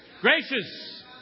gracious